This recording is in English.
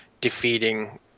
defeating